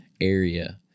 area